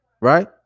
right